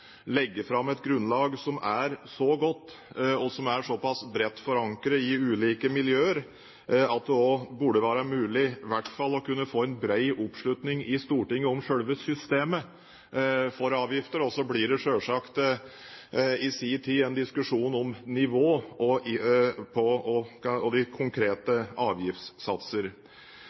legge fram et grunnlag som er så godt og såpass bredt forankret i ulike miljøer at det burde være mulig å kunne få en bred oppslutning i Stortinget om selve systemet for avgifter. Så blir det selvsagt i sin tid en diskusjon om nivå og de konkrete avgiftssatser.